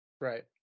Right